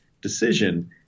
decision